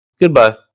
Goodbye